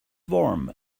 warm